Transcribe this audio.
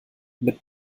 mit